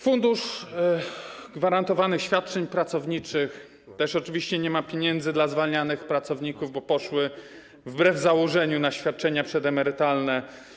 Fundusz Gwarantowanych Świadczeń Pracowniczych też oczywiście nie ma pieniędzy dla zwalnianych pracowników, bo poszły, wbrew założeniu, na świadczenia przedemerytalne.